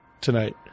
tonight